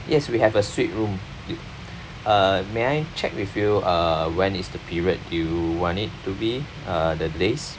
yes we have a suite room uh may I check with you uh when is the period you want it to be uh the date